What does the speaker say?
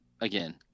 again